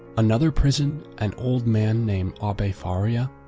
another prisoner, an old man named abbe faria,